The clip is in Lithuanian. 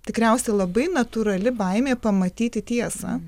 tikriausiai labai natūrali baimė pamatyti tiesą